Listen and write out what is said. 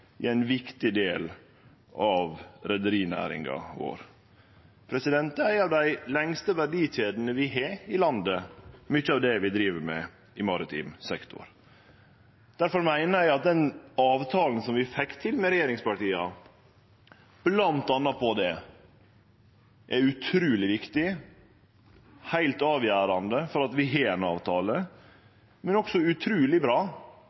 i ein viktig del av reiarlagsnæringa vår. Det er ei av dei lengste verdikjedene vi har i landet, mykje av det vi driv med i maritim sektor. Difor meiner eg at den avtalen som vi fekk til med regjeringspartia bl.a. på det, er utruleg viktig – heilt avgjerande for at vi har ein avtale, men også utruleg bra